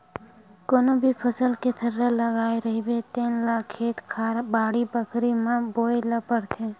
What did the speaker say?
कोनो भी फसल के थरहा लगाए रहिबे तेन ल खेत खार, बाड़ी बखरी म बोए ल परथे